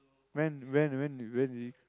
when when when when did this